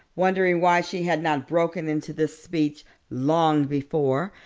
wondering why she had not broken into this speech long before,